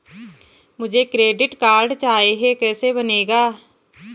मुझे credit card चाहिए कैसे बनेगा?